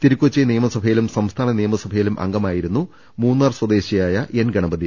തിരു ക്കൊച്ചി നിയമസഭയിലും സംസ്ഥാന നിയമസഭയിലും അംഗമായിരുന്നു മൂന്നാർ സ്വദേശിയായ എൻ ഗണപതി